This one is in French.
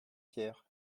pierre